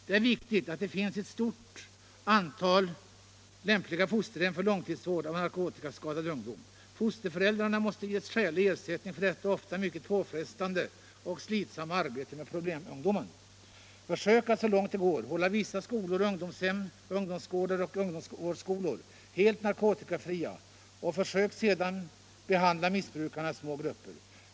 Det är viktigt att det finns ett stort antal lämpliga fosterhem för långtidsvård av narkotikaskadad ungdom. Fosterföräldrarna måste ges skälig ersättning för det ofta mycket påfrestande och slitsamma arbetet med problemungdom. Försök att så långt det går hålla vissa skolor, ungdomshem, ungdomsgårdar och ungdomsvårdsskolor helt narkotikafria och försök sedan att behandla missbrukarna i små grupper.